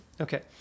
okay